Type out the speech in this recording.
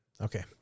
Okay